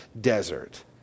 desert